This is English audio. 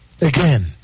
Again